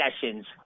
sessions